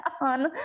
on